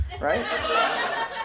right